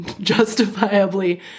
justifiably